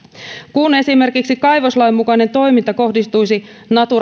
kun esimerkiksi kaivoslain mukainen toiminta kohdistuisi natura